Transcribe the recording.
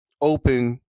open